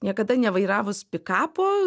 niekada nevairavus pikapo